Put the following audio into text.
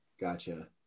Gotcha